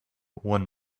one